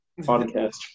podcast